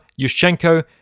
Yushchenko